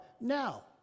now